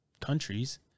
countries